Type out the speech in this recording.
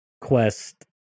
quest